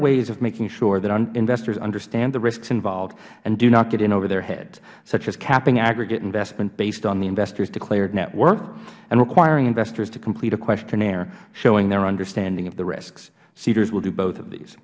ways of making sure that investors understand the risks involved and do not get in over their heads such as capping aggregate investment based on the investor's declared net worth and requiring investors to complete a questionnaire showing their understanding of the risks seedrs will do both of these